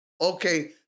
Okay